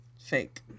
fake